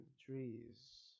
trees